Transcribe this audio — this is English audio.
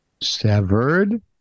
severed